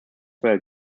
where